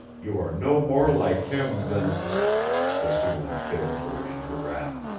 you are no more like him than the simile failed her in her wrath.